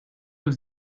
neuf